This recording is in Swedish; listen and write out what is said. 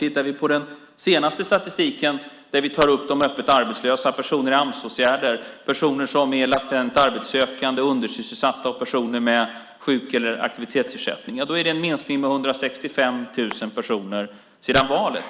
Tittar vi på den senaste statistiken, där vi tar upp de öppet arbetslösa, personer i Amsåtgärder, personer som är latent arbetssökande och undersysselsatta och personer med sjuk eller aktivitetsersättning, är det en minskning med 165 000 personer sedan valet.